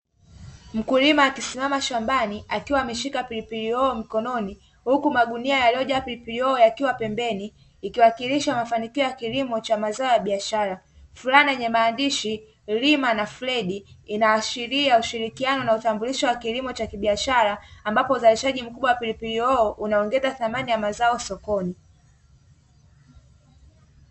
Mkulima akisimama shambani akiwa ameshika pilipili hoho mikononi huku magunia yaliyojaa pilipili hoho yakiwa pembeni ikiwakilisha mafanikio ya kilimo cha mazao ya biashara, fulana yenye maandishi " lima na fredi" inaashiria ushirikiano na utambulisho wa kilimo cha kibiashara ambapo uzalishaji mkubwa wa pilipili hoho unaongeza thamani ya mazao sokoni.